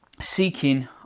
seeking